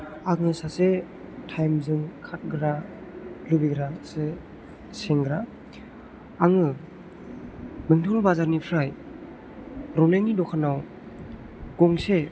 आङो सासे थाइमजों खारग्रा लुबैग्रासो सेंग्रा आङो बेंथल बाजारनिफ्राय रनेननि दखानाव गंसे